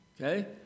okay